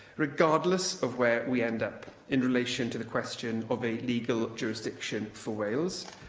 regardless of where we end up in relation to the question of a legal jurisdiction for wales,